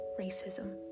racism